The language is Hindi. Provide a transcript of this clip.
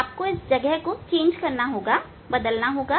आपको जगह को बदलना पड़ेगा